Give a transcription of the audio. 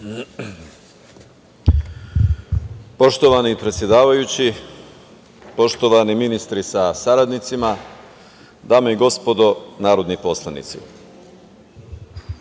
Poštovana predsedavajuća, poštovani ministri sa saradnicima, uvažene kolege narodni poslanici,